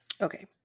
Okay